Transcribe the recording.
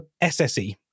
SSE